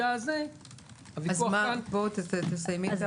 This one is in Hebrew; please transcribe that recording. כן, תסיימי.